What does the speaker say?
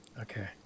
Okay